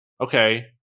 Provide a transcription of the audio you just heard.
okay